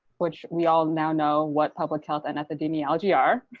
which we all now know what public health and epidemiology are.